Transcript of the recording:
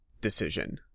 decision